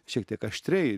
šiek tiek aštriai